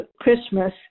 Christmas